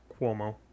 Cuomo